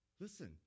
Listen